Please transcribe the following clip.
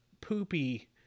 poopy